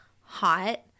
hot